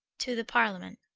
to the parliament.